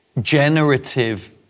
generative